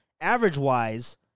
average-wise